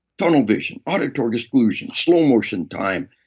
tunnel vision. auditory exclusion. slow-motion time.